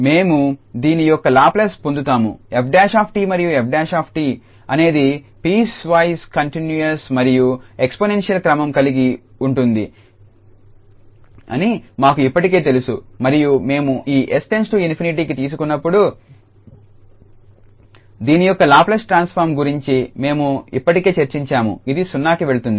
మేము దీని యొక్క లాప్లేస్ని పొందుతాము 𝑓′𝑡 మరియు 𝑓′𝑡 అనేది పీస్వైస్ కంటిన్యూస్ మరియు ఎక్స్పోనెన్షియల్ క్రమం కలిగి ఉంటుంది అని మాకు ఇప్పటికే తెలుసు మరియు మేము ఈ 𝑠 → ∞కి తీసుకున్నప్పుడు దీని యొక్క లాప్లేస్ ట్రాన్స్ఫార్మ్ గురించి మేము ఇప్పటికే చర్చించాము ఇది 0కి వెళ్తుంది